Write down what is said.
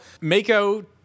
Mako